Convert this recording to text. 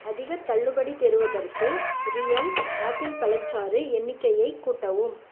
அதிகத் தள்ளுபடி பெறுவதற்கு ரியல் ஆப்பிள் பழச்சாறு எண்ணிக்கையை கூட்டவும்